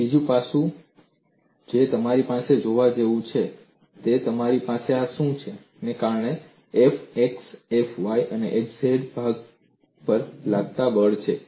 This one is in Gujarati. અને બીજું પાસું જે તમારે જોવાનું છે જુઓ કે તમારી પાસે આ શું છે કારણ કે F x F y અને F z ભાગ પર લાગતાં બળ છે